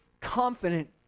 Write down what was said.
confident